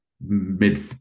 mid